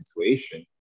situation